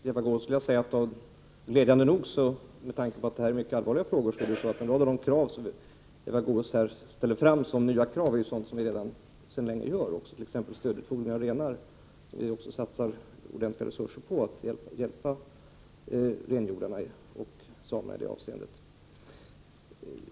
Herr talman! Till Eva Goés vill jag säga att glädjande nog — med tanke på att det här är mycket allvarliga frågor — är en rad av de krav som Eva Goös ställer fram såsom nya sådant som vi sedan länge gör, exempelvis stödutfodring av renar. Vi satsar ordentliga resurser på att hjälpa renhjordarna och samerna i det avseendet.